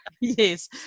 Yes